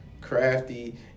crafty